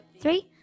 three